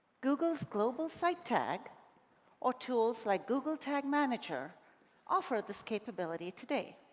google's global site tag or tools like google tag manager offer this capability today.